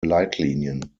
leitlinien